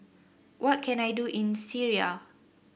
what can I do in Syria